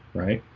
right?